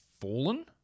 fallen